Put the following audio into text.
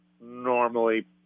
normally